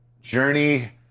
journey